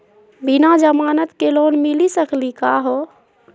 बिना जमानत के लोन मिली सकली का हो?